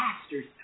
pastors